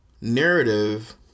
narrative